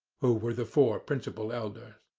who were the four principal elders.